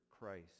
Christ